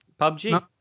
PUBG